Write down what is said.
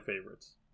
favorites